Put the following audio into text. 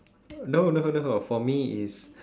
no no no for me it's